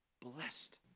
Blessed